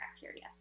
bacteria